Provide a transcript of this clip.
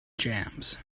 jams